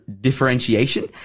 differentiation